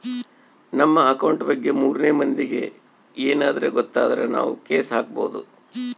ನಮ್ ಅಕೌಂಟ್ ಬಗ್ಗೆ ಮೂರನೆ ಮಂದಿಗೆ ಯೆನದ್ರ ಗೊತ್ತಾದ್ರ ನಾವ್ ಕೇಸ್ ಹಾಕ್ಬೊದು